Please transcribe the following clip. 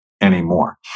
anymore